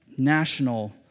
National